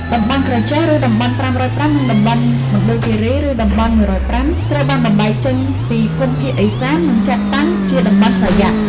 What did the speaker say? តំបន់ក្រចេះ (ឬតំបន់៥០៥) និងតំបន់មណ្ឌលគីរី (ឬតំបន់១០៥) ត្រូវបានបំបែកចេញពីភូមិភាគឦសាននិងចាត់តាំងជា តំបន់ស្វយ័ត។